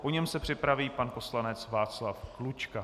Po něm se připraví pan poslanec Václav Klučka.